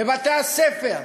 בבתי-הספר,